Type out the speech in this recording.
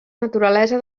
naturalesa